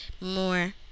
more